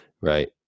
Right